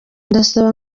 ndasaba